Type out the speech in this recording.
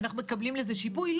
אנחנו מקבלים לזה שיפוי?